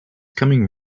coming